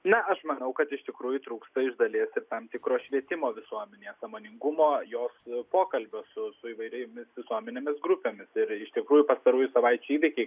na aš manau kad iš tikrųjų trūksta iš dalies ir tam tikro švietimo visuomenėje sąmoningumo jos pokalbio su su įvairiomis visuomenės grupėmis ir iš tikrųjų pastarųjų savaičių įvykiai